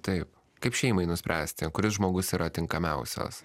taip kaip šeimai nuspręsti kuris žmogus yra tinkamiausias